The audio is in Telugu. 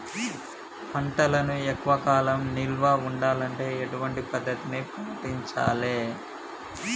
పంటలను ఎక్కువ కాలం నిల్వ ఉండాలంటే ఎటువంటి పద్ధతిని పాటించాలే?